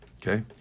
Okay